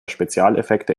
spezialeffekte